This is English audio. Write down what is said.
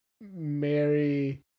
Mary